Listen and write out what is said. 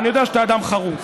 ואני יודע שאתה אדם חרוץ,